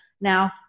now